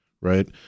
right